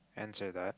answer that